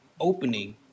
opening